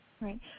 Right